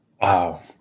Wow